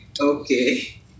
Okay